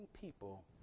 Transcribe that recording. people